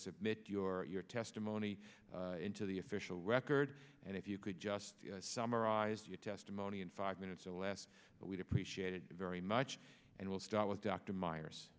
submit your your testimony into the official record and if you could just summarize your testimony in five minutes or less but we'd appreciate it very much and we'll start with dr myers